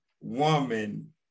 woman